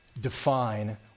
define